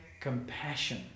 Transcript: Compassion